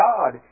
God